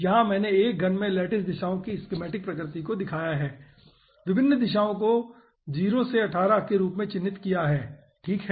यहाँ मैंने एक घन में लैटिस दिशाओ की स्कीमैटिक प्रकृति को दिखाया है और विभिन्न दिशाओ को 0 से 18 के रूप में चिह्नित किया है ठीक है